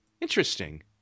Interesting